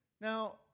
Now